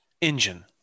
Engine